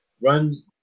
run